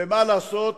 ומה לעשות,